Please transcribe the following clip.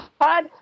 pod